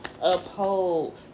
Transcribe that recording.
uphold